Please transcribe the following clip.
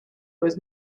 was